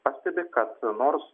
pastebi kad nors